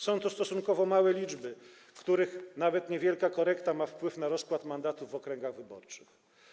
Są to stosunkowo małe liczby, których nawet niewielka korekta ma wpływ na rozkład mandatów w okręgach wyborczych.